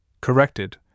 corrected